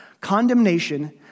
Condemnation